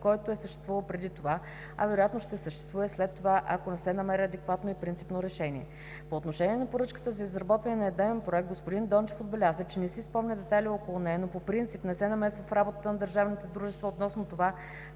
който е съществувал преди това, а вероятно ще съществува и след това, ако не се намери адекватно и принципно решение. По отношение на поръчката за изработване на идеен проект, господин Дончев отбеляза, че не си спомня детайли около нея, но по принцип не се намесва в работата на държавните